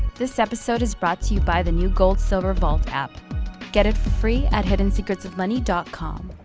this episode is brought to you by the new goldsilver vault app get it for free at hiddensecretsofmoney dot com